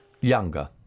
Younger